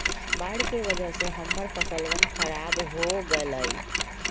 बाढ़ के वजह से हम्मर फसलवन खराब हो गई लय